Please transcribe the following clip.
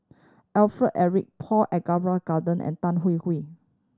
Alfred Eric Paul Abisheganaden and Tan Hwee Hwee